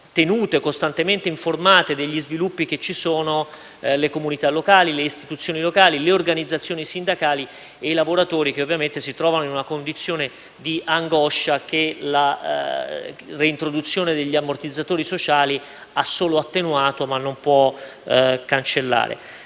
tenuti costantemente informati degli sviluppi che ci sono le comunità e le istituzioni locali, le organizzazioni sindacali e i lavoratori, che ovviamente si trovano in una condizione di angoscia che la reintroduzione degli ammortizzatori sociali ha solo attenuato ma non può cancellare.